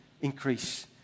increase